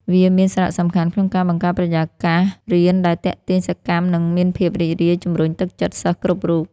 វាមានសារៈសំខាន់ក្នុងការបង្កើតបរិយាកាសរៀនដែលទាក់ទាញ សកម្ម និងមានភាពរីករាយ ជម្រុញទឹកចិត្តសិស្សគ្រប់រូប។